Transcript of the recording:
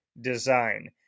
design